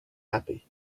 happy